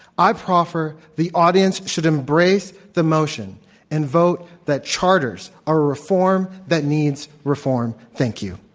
i proffer the audience should embrace the motion and vote that charters are a reform that needs reform, thank you.